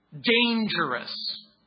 dangerous